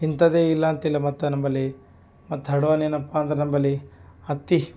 ಇಂತಹದ್ದೆ ಇಲ್ಲ ಅಂತಿಲ್ಲ ಮತ್ತು ನಂಬಲ್ಲಿ ಮತ್ತು ಥರ್ಡ್ ವನ್ ಏನಪ್ಪ ಅಂದ್ರೆ ನಂಬಲ್ಲಿ ಹತ್ತಿ